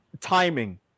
timing